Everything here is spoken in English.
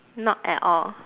not at all